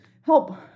help